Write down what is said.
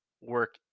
work